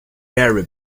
very